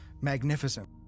magnificent